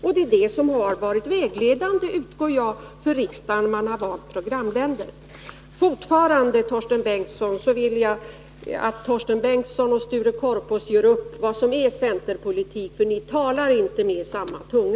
Det är detta som har varit vägledande — det utgår jag från — för riksdagen Nr 138 när den har valt programländer. Jag vill fortfarande att Torsten Bengtson och Onsdagen den Sture Korpås skall göra upp om vad som är centerpolitik, för ni talar inte g